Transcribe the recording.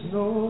no